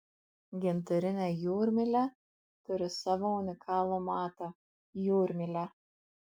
gintarinė jūrmylė turi savo unikalų matą jūrmylę